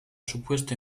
supuesta